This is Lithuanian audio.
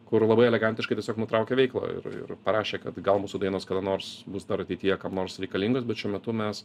kur labai elegantiškai tiesiog nutraukė veiklą ir ir parašė kad gal mūsų dainos kada nors bus dar ateityje kam nors reikalingos bet šiuo metu mes